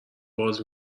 باز